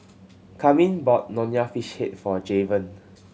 Carmine bought Nonya Fish Head for Javen